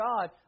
God